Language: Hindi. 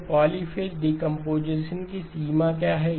तो पॉलीफ़ेज़ डीकंपोजीशन की सीमा क्या है